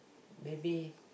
maybe